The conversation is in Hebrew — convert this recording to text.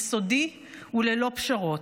יסודי וללא פשרות.